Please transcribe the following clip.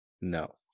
No